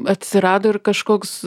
atsirado ir kažkoks